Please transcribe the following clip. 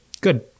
Good